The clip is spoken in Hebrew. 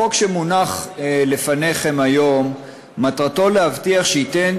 החוק שמונח לפניכם היום מטרתו להבטיח שיינתן